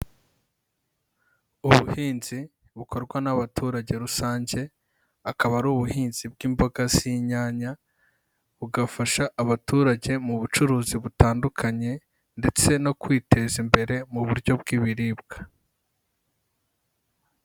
Ubuhinzi bukorwa n'abaturage rusange, akaba ari ubuhinzi bw'imboga z'inyanya bugafasha abaturage mu bucuruzi butandukanye ndetse no kwiteza imbere mu buryo bw'ibiribwa.